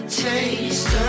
taste